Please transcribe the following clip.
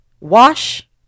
Wash